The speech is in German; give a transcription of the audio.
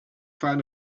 fahren